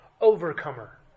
overcomer